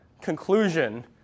conclusion